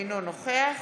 אינו נוכח